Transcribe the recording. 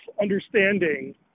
understanding